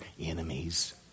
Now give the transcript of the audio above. enemies